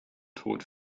tot